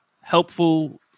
helpful